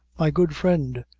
my good friend,